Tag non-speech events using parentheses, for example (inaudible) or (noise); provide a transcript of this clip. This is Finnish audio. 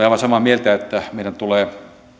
(unintelligible) aivan samaa mieltä että meidän tulee